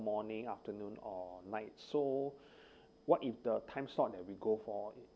morning afternoon or night so what if the time slot that we go for it